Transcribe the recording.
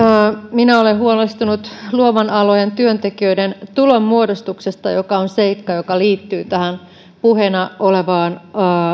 minä olen huolestunut luovien alojen työntekijöiden tulonmuodostuksesta joka on seikka joka liittyy tähän puheena olevaan